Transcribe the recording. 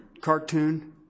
cartoon